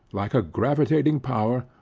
like a gravitating power,